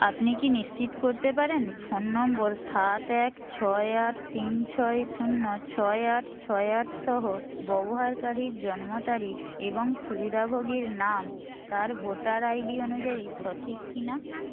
আপনি কি নিশ্চিত করতে পারেন ফোন নম্বর সাত এক ছয় আট তিন ছয় শূন্য ছয় আট ছয় আট সহ ব্যবহারকারীর জন্ম তারিখ এবং সুবিধাভোগীর নাম তার ভোটার আইডি অনুযায়ী সঠিক কি না